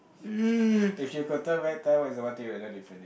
if you could turn back time what is the one thing you would have done differently